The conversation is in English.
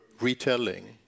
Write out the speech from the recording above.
retelling